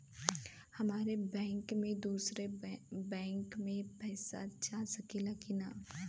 हमारे बैंक से दूसरा बैंक में पैसा जा सकेला की ना?